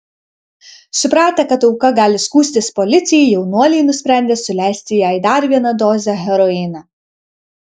supratę kad auka gali skųstis policijai jaunuoliai nusprendė suleisti jai dar vieną dozę heroino